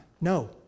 No